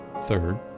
Third